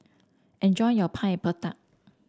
enjoy your Pineapple Tart